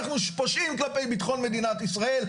אנחנו פושעים כלפי ביטחון מדינת ישראל,